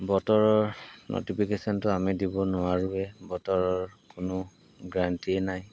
বতৰৰ নটিফিকেশ্যনটো আমি দিব নোৱাৰোঁৱে বতৰৰ কোনো গ্ৰাণ্টিয়ে নাই